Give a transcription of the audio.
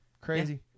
Crazy